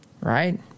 right